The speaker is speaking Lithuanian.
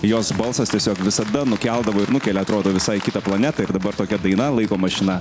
jos balsas tiesiog visada nukeldavo ir nukelia atrodo visai į kitą planetą ir dabar tokia daina laiko mašina